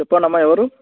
చెప్పండి అమ్మ ఎవరు